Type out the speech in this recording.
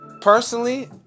Personally